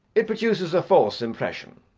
it produces a false impression.